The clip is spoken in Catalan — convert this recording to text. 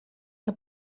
què